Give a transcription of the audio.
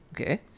Okay